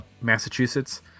Massachusetts